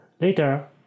Later